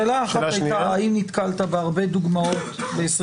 השאלה האחת הייתה האם נתקלת בהרבה דוגמאות ב-21